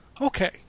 okay